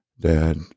dad